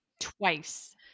Twice